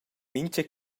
mintga